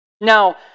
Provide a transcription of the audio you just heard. Now